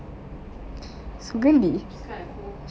அந்த பள்ளு:antha pallu